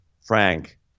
Frank